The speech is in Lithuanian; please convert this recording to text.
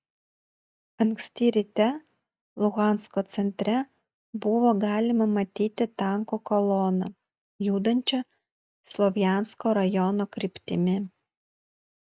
anksti ryte luhansko centre buvo galima matyti tankų koloną judančią slovjansko rajono kryptimi